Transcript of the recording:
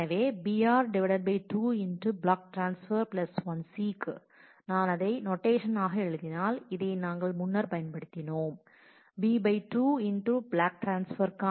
எனவே br 2block transfers 1 seek நான் அதை நொட்டேஷன் ஆக எழுதினால் இதை நாங்கள் முன்னர் பயன்படுத்தினோம் bi 2 block transfer cost 1 seek cost